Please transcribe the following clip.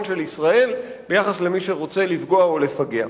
של ישראל ביחס למי שרוצה לפגוע או לפגע.